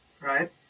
Right